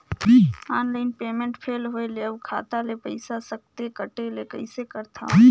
Online payment fail होय ले अउ खाता ले पईसा सकथे कटे ले कइसे करथव?